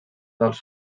dels